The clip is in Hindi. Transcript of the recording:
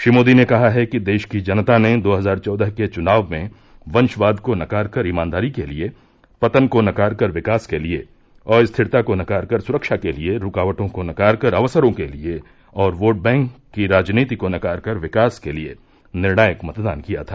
श्री मोदी ने कहा है कि देश की जनता ने दो हजार चौदह के चुनाव में वंशवाद को नकारकर ईमानदारी के लिए पतन को नकार कर विकास के लिए अस्थिरता को नकार कर सुरक्षा के लिए रूकावटों को नकार कर अवसरों के लिए और वोट बैंक की राजनीति को नकार कर विकास के लिए निर्णायक मतदान किया था